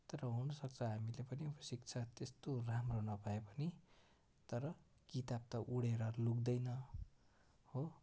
तर हुनसक्छ हामीले पनि अब शिक्षा त्यस्तो राम्रो नपाए पनि तर किताब त उडेर लुक्दैन हो